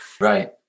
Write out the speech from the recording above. Right